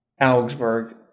Augsburg